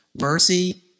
Mercy